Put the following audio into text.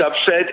upset